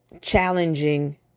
Challenging